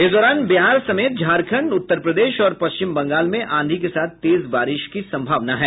इस दौरान बिहार समेत झारखंड उत्तर प्रदेश और पश्चिम बंगाला में आंधी के साथ तेज बारिश भी हो सकती है